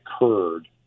occurred